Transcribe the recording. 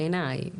בעיני,